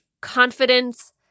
confidence